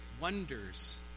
wonders